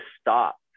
stop